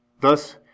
Thus